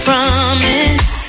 promise